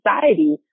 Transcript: society